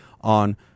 on